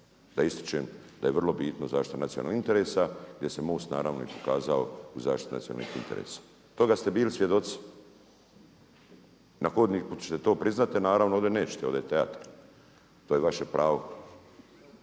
da ističem da je vrlo bitna zaštita nacionalnih interesa gdje se MOST naravno i pokazao u zaštiti nacionalnih interesa. Toga ste bili svjedoci, na hodniku ćete to priznati, ali naravno ovdje nećete, ovdje je teatar, to je vaše pravo.